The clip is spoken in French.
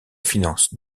finance